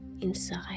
inside